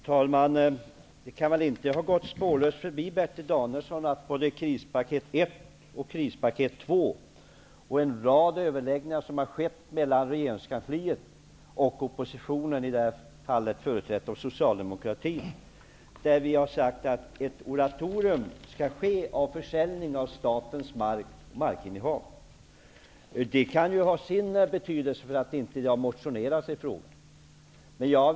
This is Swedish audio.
Herr talman! Såväl krispaket 1 och krispaket 2 som den rad överläggningar som skett mellan regeringskansliet och oppositionen -- här företrädd av Socialdemokraterna -- kan väl inte ha gått Bertil Danielsson spårlöst förbi. Vi har ju sagt att det skall bli ett moratorium när det gäller försäljningen av statens markinnehav. Detta kan ha haft betydelse när det gäller det faktum att det inte har motionerats i de här frågorna.